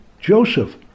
Joseph